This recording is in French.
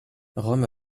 rome